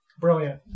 Brilliant